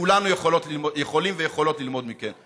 כולנו יכולים ויכולות ללמוד מכם.